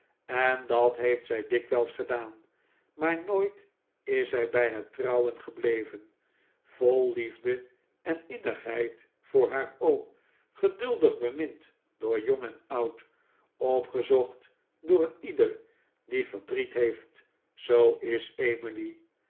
en dat heeft zij dikwijls gedaan maar nooit is zij bij het trouwen gebleven vol liefde en innigheid voor haar oom geduldig bemind door jong en oud opgezocht door een ieder die verdriet heeft zoo is emily